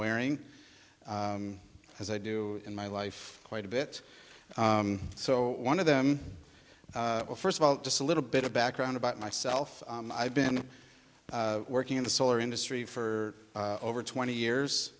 wearing as i do in my life quite a bit so one of them well first of all just a little bit of background about myself i've been working in the solar industry for over twenty years